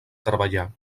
treballar